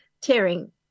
tearing